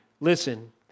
Listen